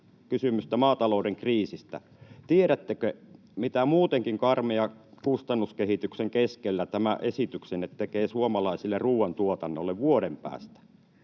välikysymystä maatalouden kriisistä. Tiedättekö, mitä muutenkin karmean kustannuskehityksen keskellä tämä esityksenne tekee suomalaiselle ruoantuotannolle vuoden päästä?